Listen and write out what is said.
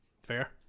Fair